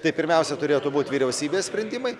tai pirmiausia turėtų būt vyriausybės sprendimai